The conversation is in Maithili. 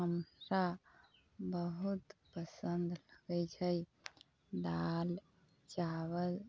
हमरा बहुत पसन्द होइ छै दालि चावल